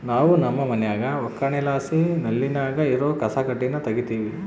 ನಾವು ನಮ್ಮ ಮನ್ಯಾಗ ಒಕ್ಕಣೆಲಾಸಿ ನೆಲ್ಲಿನಾಗ ಇರೋ ಕಸಕಡ್ಡಿನ ತಗೀತಿವಿ